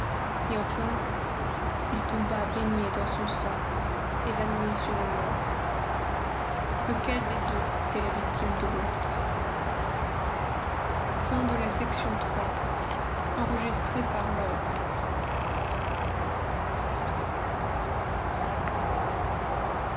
et enfin il tomba baigné dans son sang évanoui sur le mort lequel des deux était la victime de l'autre